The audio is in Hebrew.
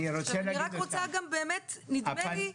אני רוצה להגיד -- נדמה לי,